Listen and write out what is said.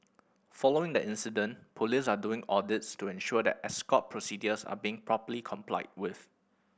following the incident police are doing audits to ensure that escort procedures are being properly complied with